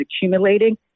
accumulating